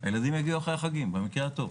הילדים יגיעו אחרי החגים במקרה הטוב.